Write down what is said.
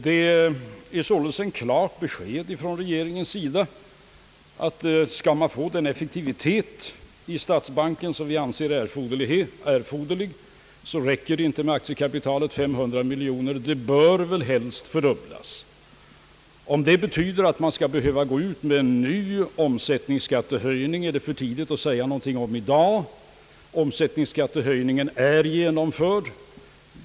Regeringen har alltså klart deklarerat att om statsbanken skall få den effektivitet, som vi anser erforderlig, så räcker det inte med aktiekapitalet 500 miljoner. Detta bör väl helst fördubblas. Huruvida det betyder att en ny omsättningsskattehöjning blir nödvändig är det för tidigt att säga något om i dag. En omsättningsskattehöjning är genomförd.